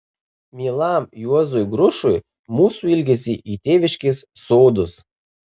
mielam juozui grušui mūsų ilgesį į tėviškės sodus